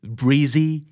breezy